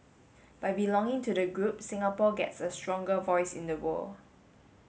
by belonging to the group Singapore gets a stronger voice in the world